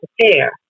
prepare